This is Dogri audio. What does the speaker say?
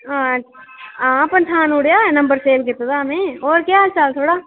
हां हां पन्छानी ओड़ेआ नंबर सेव कीते दा हा में होर केह् हाल चाल थुआढ़ा